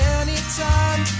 anytime